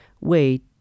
wait